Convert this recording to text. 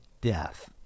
death